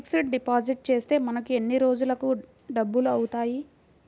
Fixed deposit చేస్తే మనకు ఎన్ని రోజులకు డబల్ అవుతాయి?